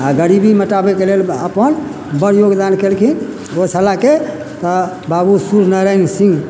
आ गरीबी हटाबैके लेल अपन बड़ योगदान केलखिन ओ सलाहके तऽ बाबू सूर्य नारायण सिंह